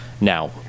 Now